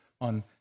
on